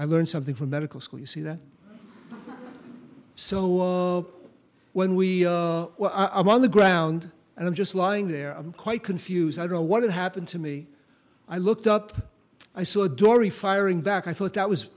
i learned something from medical school you see that so when we were i'm on the ground and i'm just lying there i'm quite confused i don't know what had happened to me i looked up i saw a dory firing back i thought that was